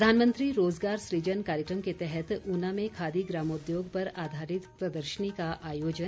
प्रधानमंत्री रोजगार सुजन कार्यक्रम के तहत ऊना में खादी ग्रामोद्योग पर आधारित प्रदर्शनी का आयोजन